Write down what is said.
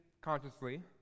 consciously